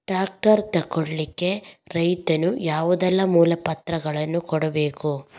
Tractor ತೆಗೊಳ್ಳಿಕೆ ರೈತನು ಯಾವುದೆಲ್ಲ ಮೂಲಪತ್ರಗಳನ್ನು ಕೊಡ್ಬೇಕು?